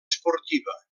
esportiva